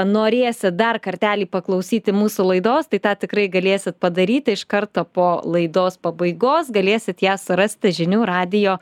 norėsit dar kartelį paklausyti mūsų laidos tai tą tikrai galėsit padaryti iš karto po laidos pabaigos galėsit ją surasti žinių radijo